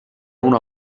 una